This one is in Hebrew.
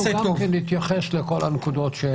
אנחנו גם נתייחס לכל הנקודות שהעלית.